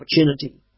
opportunity